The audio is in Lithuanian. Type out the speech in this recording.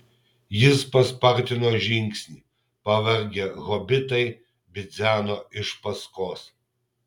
jis paspartino žingsnį pavargę hobitai bidzeno iš paskos